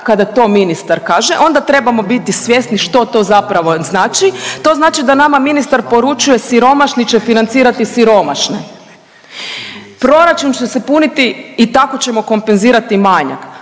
kada to ministar kaže, onda trebamo biti svjesni što to zapravo znači. To znači da nama ministar poručuje, siromašni će financirati siromašne. Proračun će se puniti i tako ćemo kompenzirati manjak,